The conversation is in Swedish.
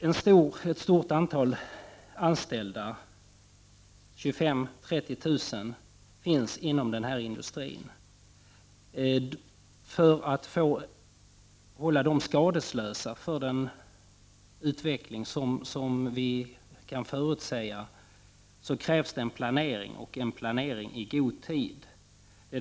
Ett stort antal anställda — 25 000-30 000 — finns inom denna industri. För att hålla de anställda skadeslösa vid den utveckling som vi kan förutsäga krävs en planering och att denna sker i god tid.